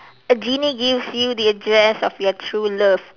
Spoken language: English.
a genie gives you the address of your true love